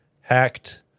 hacked